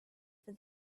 for